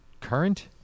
current